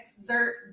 exert